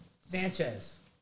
Sanchez